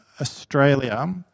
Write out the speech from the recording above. Australia